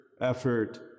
effort